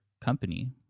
company